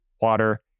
water